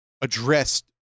addressed